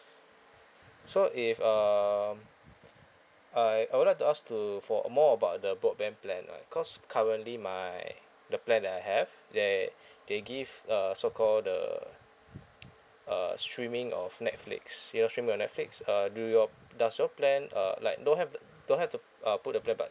so if um I I would like to ask to for a more about the broadband plan right cause currently my the plan that I have that they give uh so called the uh streaming of netflix you know streaming of netflix err do your does your plan uh like don't have the don't have to uh put a plan but